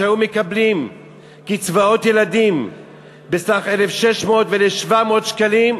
שהיו מקבלים קצבאות ילדים בסך 1,600 ו-1,700 שקלים,